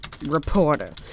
Reporter